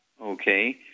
Okay